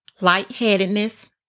lightheadedness